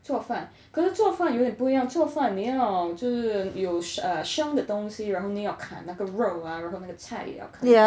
做饭可是做饭有点不一样做饭你要就是有 err 生的东西然后你要砍那个肉 ah 然后那个菜也要砍